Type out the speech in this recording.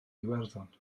iwerddon